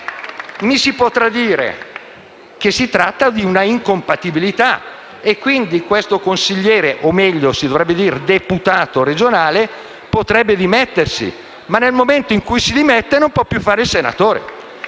Mi si potrà dire che si tratta di una incompatibilità e che quindi questo consigliere regionale o, meglio, deputato regionale potrebbe dimettersi. Ma nel momento in cui si dimettesse, non potrebbe più fare il senatore!